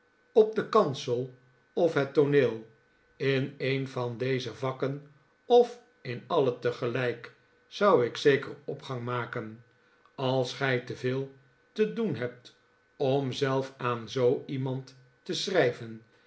op den kansel of het tooneel in een van jeze vakken of in alle tegelijk zou ik zeker opgang maken als gij te veel te doen hebt om zelf aan zoo iemand te schrijven